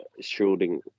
shooting